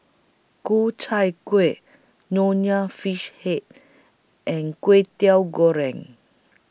Ku Chai Kueh Nonya Fish Head and Kwetiau Goreng